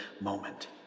moment